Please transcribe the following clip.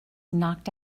knocked